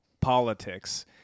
politics